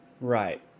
Right